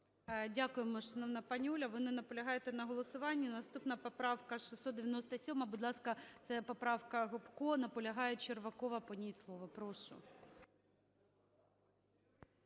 Дякуємо, шановна пані Оля. Ви не наполягаєте на голосуванні. Наступна поправка – 697-а. Будь ласка, це поправка Гопко. Наполягає Червакова, по ній слово. Прошу.